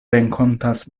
renkontas